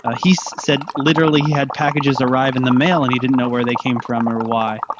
ah he said literally he had packages arrive in the mail and he didn't know where they came from or why.